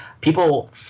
people